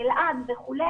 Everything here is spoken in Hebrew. באלעד וכו',